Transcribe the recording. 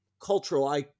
cultural